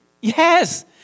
Yes